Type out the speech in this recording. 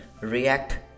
react